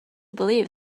believe